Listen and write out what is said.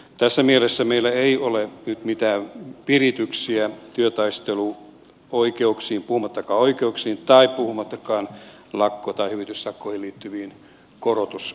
tässä mielessä meillä ei ole nyt mitään virityksiä puuttua työtaisteluoikeuksiin puhumattakaan lakko tai hyvityssakkoihin liittyvistä korotussuunnitelmista